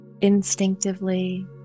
instinctively